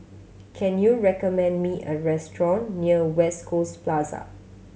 can you recommend me a restaurant near West Coast Plaza